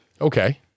Okay